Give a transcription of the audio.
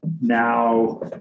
now